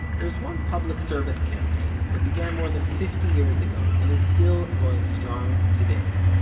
there's one public service campaign, that began more than fifty years ago, and is still going strong today.